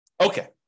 Okay